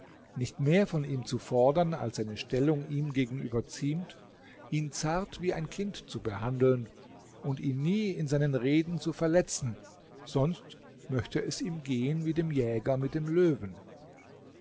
nicht mehr von ihm zu fordern als seine stellung ihm gegenüber ziemt ihn zart wie ein kind zu behandeln und ihn nie in seinen reden zu verletzen sonst möchte es ihm gehen wie dem jäger mit dem löwen